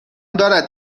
دارد